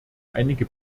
einige